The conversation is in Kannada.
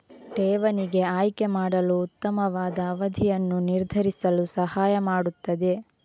ಠೇವಣಿಗೆ ಆಯ್ಕೆ ಮಾಡಲು ಉತ್ತಮವಾದ ಅವಧಿಯನ್ನು ನಿರ್ಧರಿಸಲು ಸಹಾಯ ಮಾಡುತ್ತದೆ